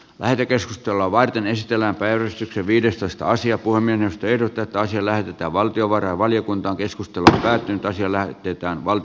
lähetekeskustelua varten esitellä päivystyksen viidestoista asia kuin minä tiedotetta asia lähetetään valtiovarainvaliokuntaan keskustelut käytiin täysillä töitään siirrettäväksi vastuuksi